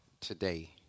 today